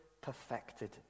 perfected